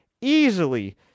easily